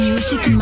Music